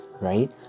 right